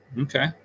Okay